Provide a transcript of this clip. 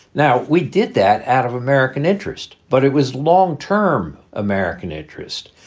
now, we did that out of american interest, but it was long term american interest.